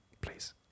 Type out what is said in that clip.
Please